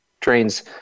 trains